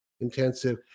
intensive